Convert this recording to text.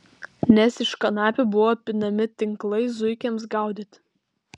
nes iš kanapių buvo pinami tinklai zuikiams gaudyti